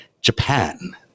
japan